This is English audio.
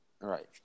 right